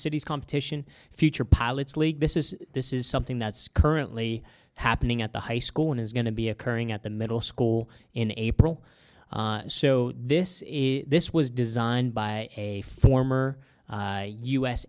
cities competition future pilots league this is this is something that's currently happening at the high school and is going to be occurring at the middle school in april so this is this was designed by a former